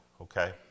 Okay